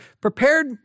prepared